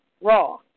Raw